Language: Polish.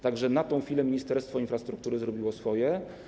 Tak więc na tę chwilę Ministerstwo Infrastruktury zrobiło swoje.